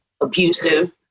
abusive